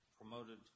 promoted